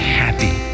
happy